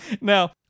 Now